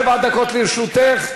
שבע דקות לרשותך,